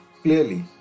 Clearly